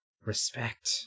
respect